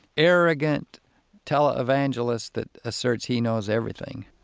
arrogant televangelist that asserts he knows everything